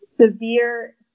Severe